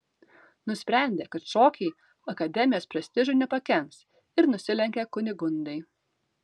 nusprendė kad šokiai akademijos prestižui nepakenks ir nusilenkė kunigundai